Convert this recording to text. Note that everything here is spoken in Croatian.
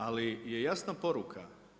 Ali je jasna poruka.